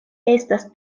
estas